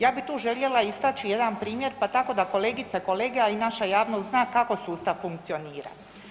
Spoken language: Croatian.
Ja bih tu željela istaći jedan primjer, pa tako da kolegice i kolege, a i naša javnost zna kako sustav funkcionira.